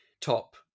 top